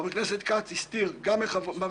חברי הכנסת מייצגים ציבור ומייצגים מפלגה.